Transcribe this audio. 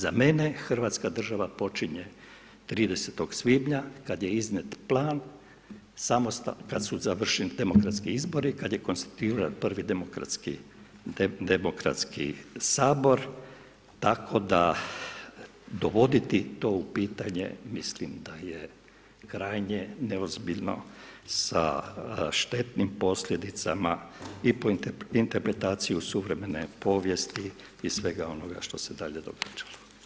Za mene Hrvatska država počinje 30. svibnja kada je iznijet plan, kad su završeni demokratski izbori, kad je konstituiran prvi demokratski Sabor tako da dovoditi to u pitanje mislim da je krajnje neozbiljno sa štetnim posljedicama i po interpretaciju suvremene povijesti i svega onoga što se dalje događalo.